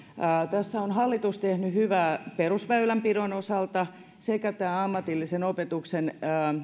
tässä on hallitus tehnyt hyvää perusväylänpidon osalta sekä tämän ammatillisen opetuksen